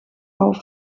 auf